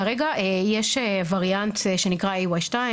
כרגע יש וריאנט שנקרא AY2,